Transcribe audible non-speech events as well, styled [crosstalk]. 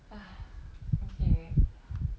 [breath] okay